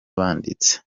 banditse